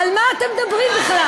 על מה אתה מדברים בכלל?